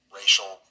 racial